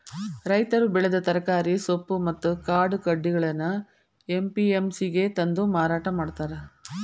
ರೈತರು ಬೆಳೆದ ತರಕಾರಿ, ಸೊಪ್ಪು ಮತ್ತ್ ಕಾಳು ಕಡಿಗಳನ್ನ ಎ.ಪಿ.ಎಂ.ಸಿ ಗೆ ತಂದು ಮಾರಾಟ ಮಾಡ್ತಾರ